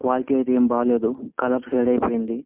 quality అయితే ఏం బాలేదు కలర్స్ షేడ్ అయిపోయింది